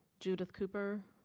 judith cooper?